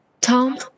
Tom